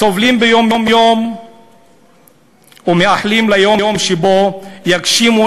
סובלים ביום-יום ומייחלים ליום שבו יגשימו